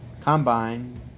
combine